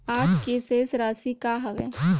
आज के शेष राशि का हवे?